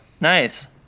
Nice